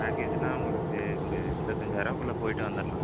பேக்கேஜுனால் உங்களுக்கு ஒரு இருபத்தஞ்சாயரவாக்குள்ள போய்ட்டே வந்துடலாம்